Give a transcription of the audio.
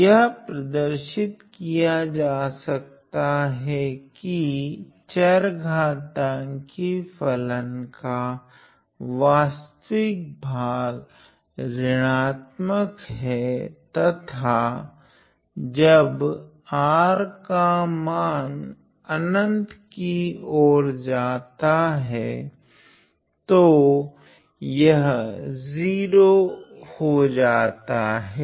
यह प्रदर्शित किया जा सकता हैं कि चरघातांकी फलन का वास्तविक भाग ऋणात्मक हैं तथा जब r का मान अनंत कि ओर जाता हैं तो यह 0 हो जाता हैं